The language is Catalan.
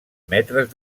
metres